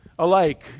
alike